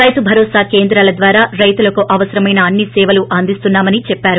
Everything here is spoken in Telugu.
రైతు భరోసా కేంద్రాల ద్వారా రైతులకు అవసరమైన అన్ని సేవలను అందిస్తున్నా మని చెప్పారు